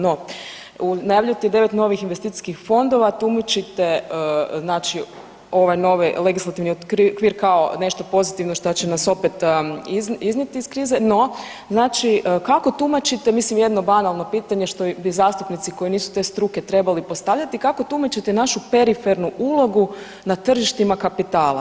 No, najavljujete devet novih investicijskih fondova, tumačite ovaj novi legislativni okvir kao nešto pozitivno šta će nas opet iznijet iz krize, no znači kako tumačite mislim jedno banalno pitanje što bi i zastupnici koji nisu te struke trebali postavljati, kako tumačite našu perifernu ulogu na tržištima kapitala?